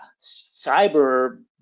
cyber